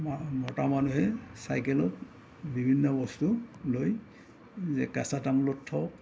মতা মানুহে চাইকেলত বিভিন্ন বস্তু লৈ যে কেঁচা তামোলৰ থোক